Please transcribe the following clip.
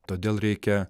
todėl reikia